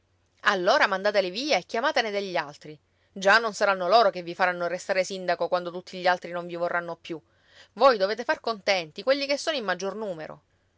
allora mandateli via e chiamatene degli altri già non saranno loro che vi faranno restare sindaco quando tutti gli altri non vi vorranno più voi dovete far contenti quelli che sono in maggior numero